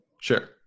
Sure